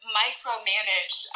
micromanage